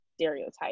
stereotype